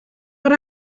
but